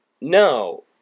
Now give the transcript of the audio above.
No